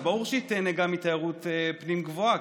אז ברור שהיא תיהנה גם מתיירות פנים גבוהה,